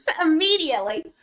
immediately